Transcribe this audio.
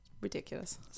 ridiculous